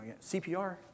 CPR